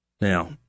Now